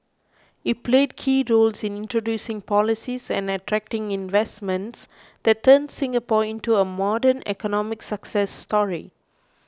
he played key roles in introducing policies and attracting investments that turned Singapore into a modern economic success story